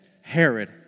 Herod